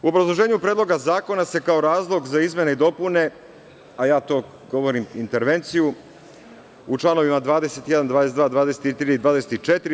U obrazloženju Predloga zakona se kao razlog za izmene i dopune, a ja to govorim intervenciju, u članovima 21, 22, 23, 24.